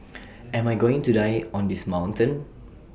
am I going to die on this mountain